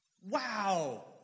wow